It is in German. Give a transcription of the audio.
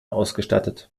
ausgestattet